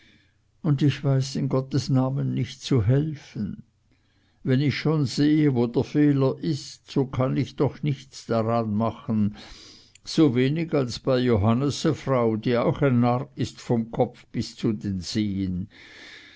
und ich weiß in gottes namen nicht zu helfen wenn ich schon sehe wo der fehler ist so kann ich doch nichts daran machen so wenig als bei johannes frau die auch ein narr ist vom kopf bis zu den zehn